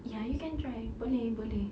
ya you can try boleh boleh